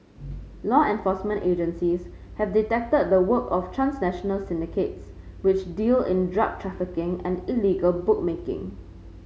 law enforcement agencies have detected the work of transnational syndicates which deal in drug trafficking and illegal bookmaking